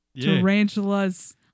tarantulas